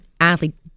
athlete